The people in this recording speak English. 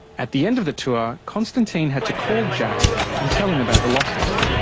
at the end of the tour constantine had to call jack and tell him about the losses.